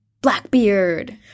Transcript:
Blackbeard